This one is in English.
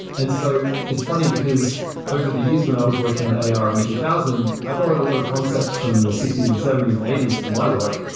and so it's funny, because over the years when i was working on ar in two thousand, i borrowed a lot of concepts from the sixty s and seventy s and eighty s for my work,